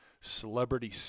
Celebrity